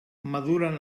maduren